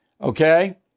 okay